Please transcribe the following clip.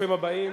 ברוכים הבאים